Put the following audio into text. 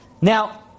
Now